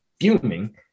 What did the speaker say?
fuming